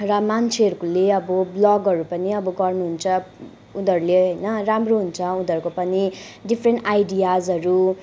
र मान्छेहरूकोले अब ब्लगहरू पनि अब गर्नुहुन्छ उनीहरूले होइन राम्रो हुन्छ उनीहरूको पनि डिफ्रेन्ट आइडियाजहरू